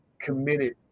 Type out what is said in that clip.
committed